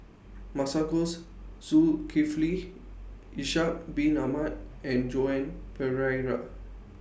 Masagos Zulkifli Ishak Bin Ahmad and Joan Pereira